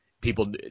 people